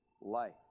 life